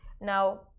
now